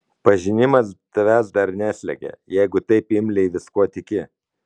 pažinimas tavęs dar neslegia jeigu taip imliai viskuo tiki